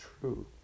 true